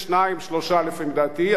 יש שניים-שלושה לפי דעתי,